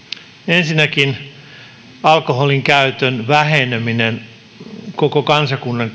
ensinnäkin alkoholinkäytön väheneminen koko kansakunnan